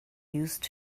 used